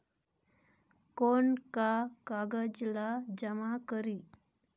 कौन का कागज ला जमा करी?